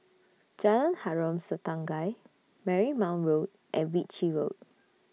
Jalan Harom Setangkai Marymount Road and Ritchie Road